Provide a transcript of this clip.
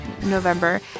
November